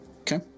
Okay